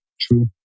true